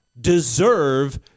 deserve